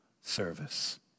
service